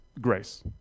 grace